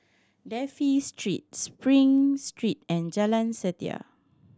Dafne Street Spring Street and Jalan Setia